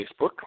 Facebook